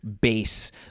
base